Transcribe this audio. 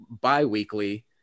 bi-weekly